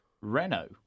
Renault